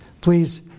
Please